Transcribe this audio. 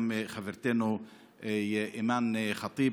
גם חברתנו אימאן ח'טיב,